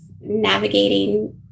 navigating